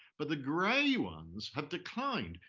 but the gray ones have declined.